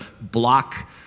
block